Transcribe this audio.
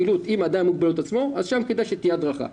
הפעילות עם האדם עם המוגבלות עצמו אז שם כדאי שתהיה הדרכה,